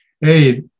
hey